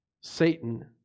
Satan